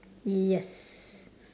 yes